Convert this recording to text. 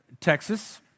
Texas